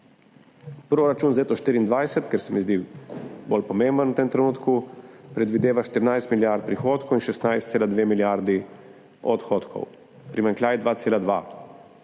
Proračun za leto 2024, ki se mi zdi bolj pomemben v tem trenutku, predvideva 14 milijard prihodkov in 16,2 milijardi odhodkov, primanjkljaj 2,2.